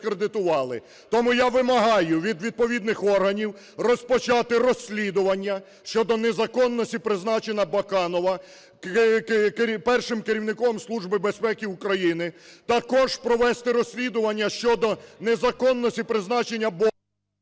Тому я вимагаю від відповідних органів розпочати розслідування щодо незаконності призначення Баканова першим керівником Служби безпеки України. Також провести розслідування щодо незаконності призначення…